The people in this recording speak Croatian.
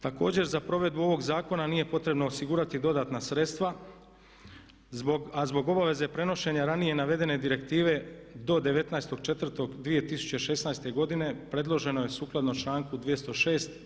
Također za provedbu ovog zakona nije potrebno osigurati dodatna sredstva a zbog obaveze prenošenja ranije navedene direktive do 19.042016. godine predloženo je sukladno članku 206.